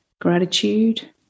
gratitude